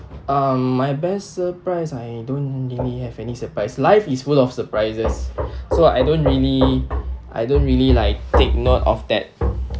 um my best surprise I don't really have any surprise life is full of surprises so I don't really I don't really like take note of that